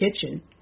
kitchen